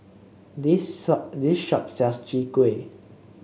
this this shop sells Chwee Kueh